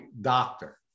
doctor